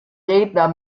redner